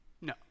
No